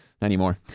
anymore